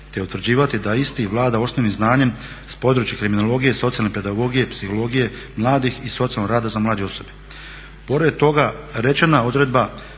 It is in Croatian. te utvrđivati da isti vlada osnovnim znanjem s područja kriminologije, socijalne pedagogije, psihologije mladih, socijalnog rada za mlade osobe.